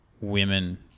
women